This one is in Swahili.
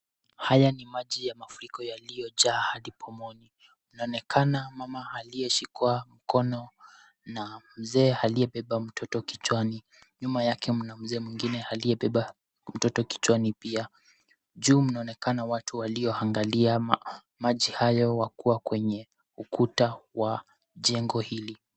Haya ni maji ya mafuriko yaliyojaa hadi pomoni. Inaonekana mama aliyeshikwa mkono na mzee aliyebeba mtoto kichwani. Nyuma yake mna mzee mwingine aliyebeba mtoto kichwani pia. Juu mnaonekana watu walioangalia maji hayo wakiwa kwenye ukuta wa jengo hili.